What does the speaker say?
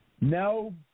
No